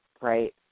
Right